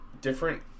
different